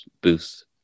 boost